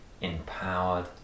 empowered